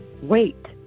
Wait